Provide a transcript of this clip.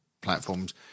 platforms